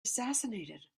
assassinated